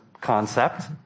concept